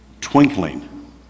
twinkling